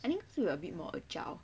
I think you were a bit more agile